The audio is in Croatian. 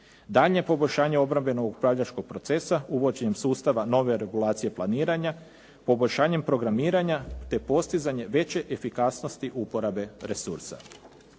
Daljnje poboljšanje obrambenog upravljačkog procesa uvođenjem sustava nove regulacije planiranje, poboljšanjem planiranja, te postizanje veće efikasnosti uporabe resursa.